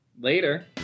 later